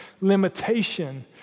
limitation